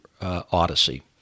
odyssey